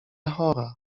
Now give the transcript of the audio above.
chora